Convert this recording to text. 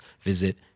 visit